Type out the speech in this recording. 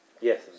Yes